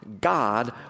God